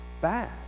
bad